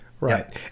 Right